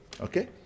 Okay